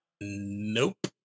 nope